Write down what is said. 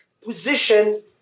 position